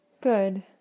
Good